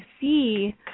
see